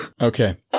Okay